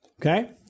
Okay